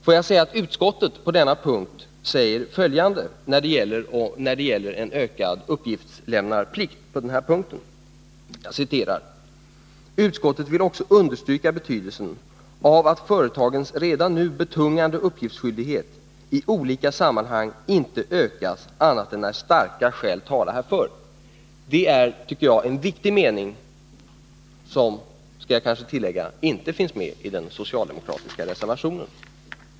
På den här punkten säger utskottet följande när det gäller ökad skyldighet att lämna uppgifter: ”Utskottet vill också understryka betydelsen av att företagens redan nu betungande uppgiftsskyldigheter i olika sammanhang inte ökas annat än när starka skäl talar härför.” Det tycker jag är en viktig mening, men den finns inte med i den socialdemokratiska reservationen.